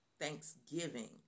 thanksgiving